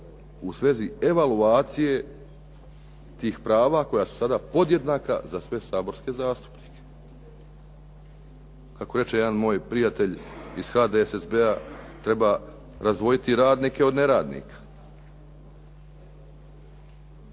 u svezi evaluacije tih prava koja su sada podjednaka za sve saborske zastupnike. Kako reče jedan moj prijatelj iz HDSSB-a, treba razdvojiti radnike od neradnika.